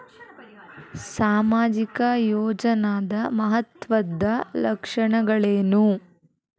ಸಾಮಾಜಿಕ ಯೋಜನಾದ ಮಹತ್ವದ್ದ ಲಕ್ಷಣಗಳೇನು?